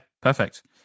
perfect